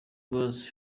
gaz